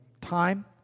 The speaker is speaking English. time